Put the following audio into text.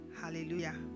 Hallelujah